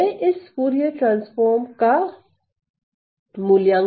मैं इस फूरिये समाकल सूत्र को व्यंजक 3 कहता हूं